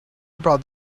bought